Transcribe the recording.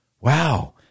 Wow